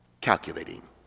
Calculating